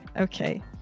Okay